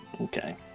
Okay